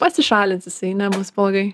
pasišalins jisai nebus blogai